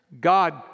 God